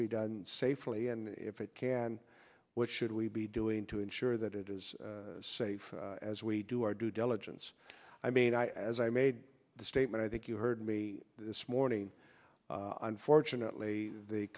be done safely and if it can what should we be doing to ensure that it is safe as we do our due diligence i mean i as i made the statement i think you heard me this morning unfortunately the